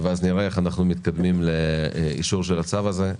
ואז נראה איך אנחנו מתקדמים לאישור הצו הזה.